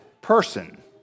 person